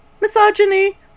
Misogyny